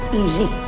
easy